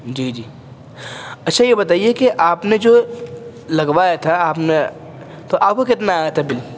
جی جی اچھا یہ بتائیے کہ آپ نے جو لگوایا تھا آپ نے تو آپ کو کتنا آیا تھا بل